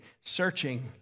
searching